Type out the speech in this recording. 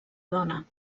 dona